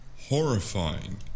Horrifying